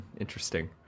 interesting